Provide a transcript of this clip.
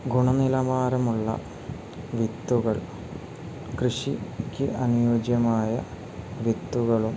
ഗുണനിലവാരമുള്ള വിത്തുകൾ കൃഷിക്ക് അനുയോജ്യമായ വിത്തുകളും